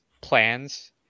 plans